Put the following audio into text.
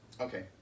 Okay